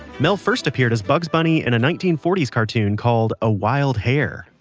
mel first appeared as bugs bunny in a nineteen forty s cartoon called, a wild hare.